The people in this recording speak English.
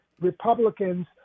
Republicans